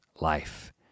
life